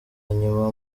nyuma